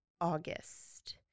August